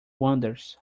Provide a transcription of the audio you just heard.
wanders